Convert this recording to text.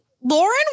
lauren